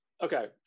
Okay